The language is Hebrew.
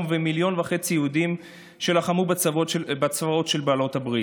ומיליון וחצי יהודים שלחמו בצבאות של בעלות הברית.